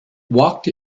walked